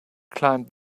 climbed